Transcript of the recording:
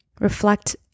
reflect